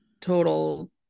total